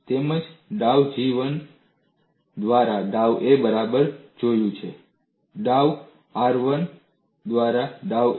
તેમજ ડાઉ G 1 દ્વારા ડાઉ a બરાબર હોવું જોઈએ ડાઉ R 1 by ડાઉ a